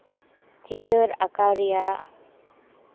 ᱪᱤᱛᱟᱹᱨ ᱟᱸᱠᱟᱣ ᱨᱮᱭᱟᱜ